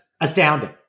astounding